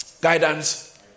guidance